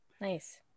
Nice